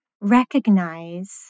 recognize